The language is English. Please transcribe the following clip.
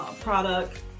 product